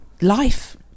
life